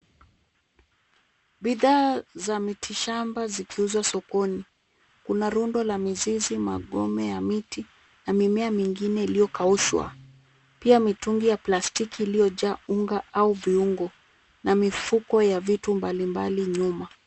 Bidhaa za miti shamba zikiuzwa sokoni. Kuna rundo la mizizi, magome ya miti na mimea mingine iliyokaushwa. Pia mitungi ya plastiki iliyojaa unga au viungo na mifuko ya vitu mbalimbali nyuma.